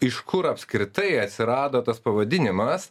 iš kur apskritai atsirado tas pavadinimas